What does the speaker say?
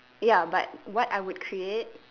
ya but what I would create